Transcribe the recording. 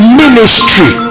ministry